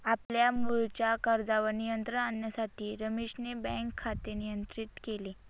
आपल्या मुळच्या खर्चावर नियंत्रण आणण्यासाठी रमेशने बँक खाते नियंत्रित केले